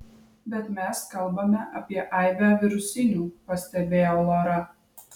bet mes kalbame apie aibę virusinių pastebėjo lora